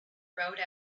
rode